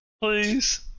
please